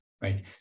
right